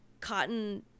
cotton